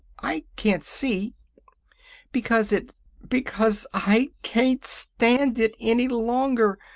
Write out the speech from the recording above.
i can't see because it because i can't stand it any longer.